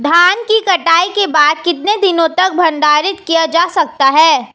धान की कटाई के बाद कितने दिनों तक भंडारित किया जा सकता है?